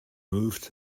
moved